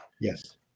Yes